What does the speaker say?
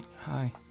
Hi